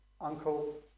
uncle